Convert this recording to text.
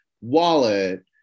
wallet